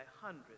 hundreds